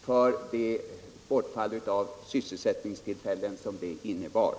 för det bortfall av sysselsättningstillfällen som detta innebar.